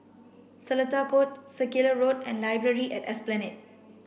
Seletar Court Circular Road and Library at Esplanade